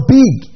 big